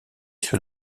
sur